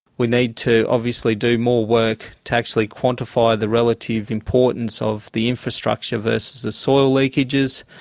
we need to obviously do more work to actually quantify the relative importance of the infrastructure versus the soil leakages,